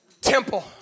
temple